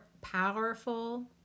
powerful